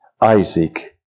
Isaac